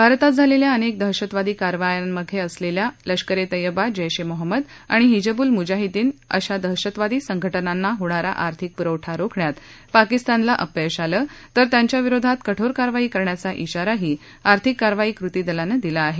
भारतात झालेल्या अनेक दहशतवादी कारवायांमागे असलेल्या लष्कर ए तय्यब्बा जैश ए मोहम्मद आणि हिजबूल मुजाहिदीन यांसारख्या दहशतवादी संघटनांना होणारा आर्थिक पुरवठा रोखण्यात पाकिस्तानला अपयश आलं तर त्यांच्याविरोधात कठोर कारवाई करण्याचा धिाराही आर्थिक कारवाई कृती दलानं दिला आहे